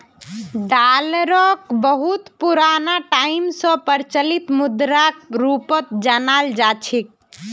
डालरक बहुत पुराना टाइम स प्रचलित मुद्राक रूपत जानाल जा छेक